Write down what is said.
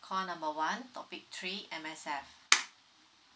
call number one topic three M_S_F